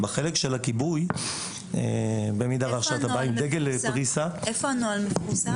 איפה הנוהל מפורסם?